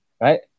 right